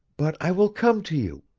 but i will come to you.